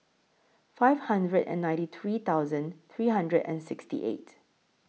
five hundred and ninety three thousand three hundred and sixty eight